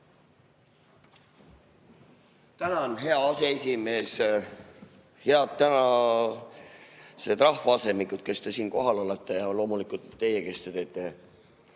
Tänan, hea aseesimees! Head rahvaasemikud, kes te siin kohal olete, ja loomulikult teie, kes te teete